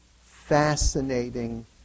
fascinating